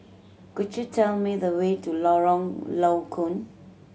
could you tell me the way to Lorong Low Koon